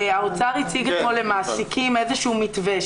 האוצר הציג אתמול למעסיקים איזשהו מתווה.